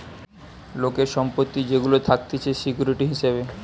লোকের সম্পত্তি যেগুলা থাকতিছে সিকিউরিটি হিসাবে